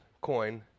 coin